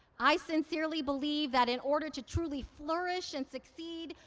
i sincerely believe that in order to truly flourish and succeed,